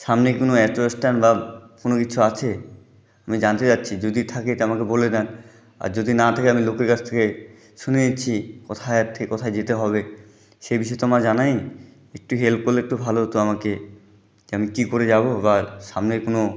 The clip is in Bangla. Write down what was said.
সামনে কোনও অটো স্ট্যান্ড বা কোনও কিছু আছে আমি জানতে চাইছি যদি থাকে তা আমাকে বলে দিন আর যদি না থাকে আমি লোকের কাছ থেকে শুনে নিচ্ছি কোথায় থেকে কোথায় যেতে হবে সে বিষয়ে তো আমার জানা নেই একটু হেল্প করলে একটু ভালো হতো আমাকে যে আমি কী করে যাব বা সামনের কোনও